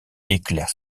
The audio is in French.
éclaire